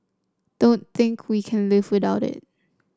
don't think we can live without it